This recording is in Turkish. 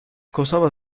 kosova